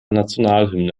nationalhymne